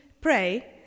pray